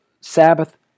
Sabbath